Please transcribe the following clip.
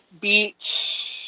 beat